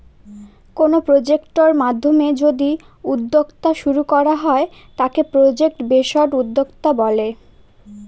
কোনো প্রজেক্টের মাধ্যমে যদি উদ্যোক্তা শুরু করা হয় তাকে প্রজেক্ট বেসড উদ্যোক্তা বলে